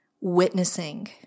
witnessing